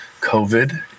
COVID